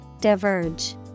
Diverge